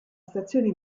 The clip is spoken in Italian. stazione